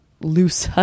loose